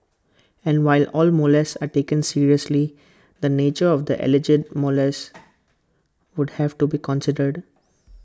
and while all molests are taken seriously the nature of the alleged molest would have to be considered